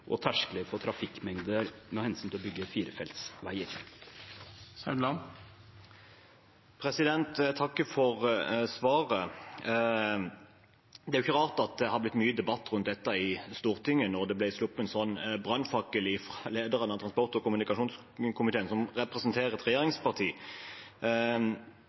og terskler for trafikkmengde med hensyn til å bygge firefeltsveier. Jeg takker for svaret. Det er ikke rart at det er blitt mye debatt rundt dette i Stortinget da det ble sluppet en slik brannfakkel fra lederen av transport- og kommunikasjonskomiteen, som representerer et